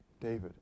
David